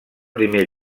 primer